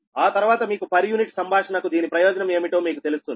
ఆ తర్వాత మీకు పర్ యూనిట్ సంభాషణకు దీని ప్రయోజనం ఏమిటో మీకు తెలుస్తుంది